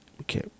okay